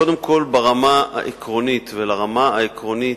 קודם כול ברמה העקרונית: לרמה העקרונית,